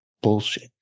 bullshit